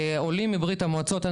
עולים מברית המועצות,